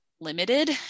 limited